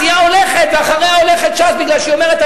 הסיעה הולכת ואחריה הולכת ש"ס מפני שהיא אומרת: